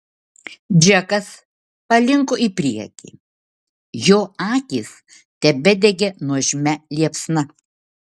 džekas palinko į priekį jo akys tebedegė nuožmia liepsna